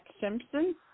Simpson